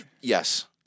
Yes